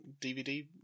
DVD